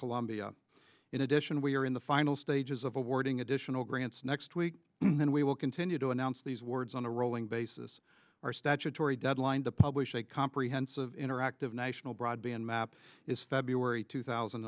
columbia in addition we are in the final stages of awarding additional grants next week then we will continue to announce these words on a rolling basis our statutory deadline to publish a comprehensive interactive national broadband map is february two thousand